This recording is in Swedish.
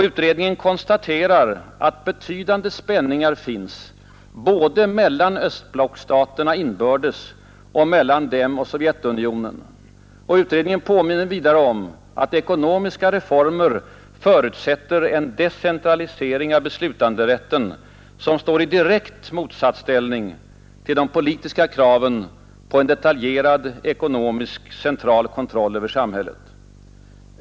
Utredningen konstaterar att betydande spänningar finns både mellan östblocksstaterna inbördes och mellan dem och Sovjetunionen. Utredningen påminner vidare om att ekonomiska reformer förutsätter en decentralisering av beslutanderätten som står i direkt motsatsställning till de politiska kraven på detaljerad ekonomisk central kontroll över samhället.